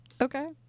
Okay